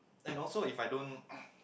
and also if I don't